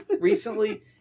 recently